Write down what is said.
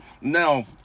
now